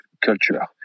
culture